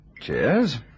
Cheers